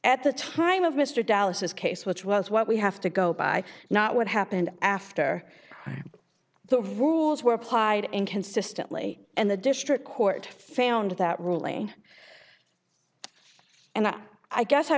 at the time of mr dallas's case which was what we have to go by not what happened after the rules were applied inconsistently and the district court found that ruling and that i guess i